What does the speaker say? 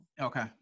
Okay